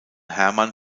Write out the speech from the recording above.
hermann